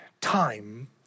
time